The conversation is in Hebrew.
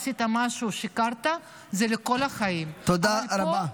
עשית משהו, שיקרת, זה לכל החיים, תודה רבה.